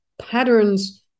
patterns